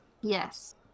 Yes